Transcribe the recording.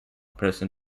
person